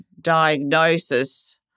diagnosis